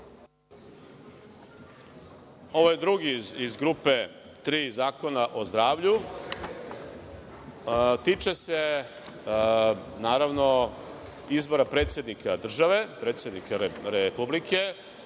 Ovo je drugi iz grupe tri zakona o zdravlju, a tiče se izbora predsednika države, predsednika Republike